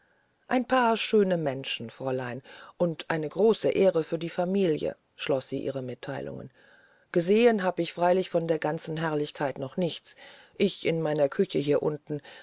ein paar schöne menschen fräulein und eine große ehre für die familie schloß sie ihre mitteilungen gesehen hab ich freilich von der ganzen herrlichkeit noch nichts ich in meiner küche hier unten